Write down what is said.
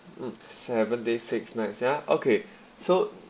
mm seven days six nights ya okay so